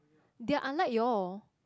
they are unlike you all